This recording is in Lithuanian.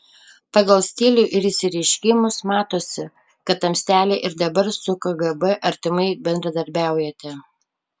pagal stilių ir išsireiškimus matosi kad tamstelė ir dabar su kgb artimai bendradarbiaujate